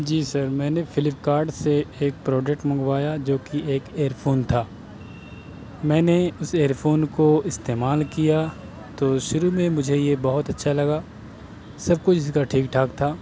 جی sir میں نے Flipkart سے ایک پروڈکٹ منگوایا جو کہ ایک ایئر فون تھا میں نے اس ایئر فون کو استعمال کیا تو شروع میں یہ مجھے بہت اچھا لگا سب کچھ اس کا ٹھیک ٹھاک تھا